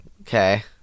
Okay